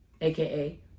AKA